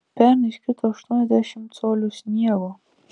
pernai iškrito aštuoniasdešimt colių sniego